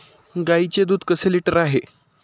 गाईचे दूध कसे लिटर आहे?